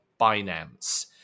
Binance